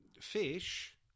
Fish